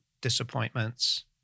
disappointments